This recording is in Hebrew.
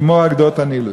כמו על גדות הנילוס.